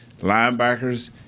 linebackers